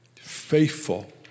faithful